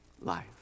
life